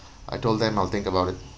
I told them I'll think about it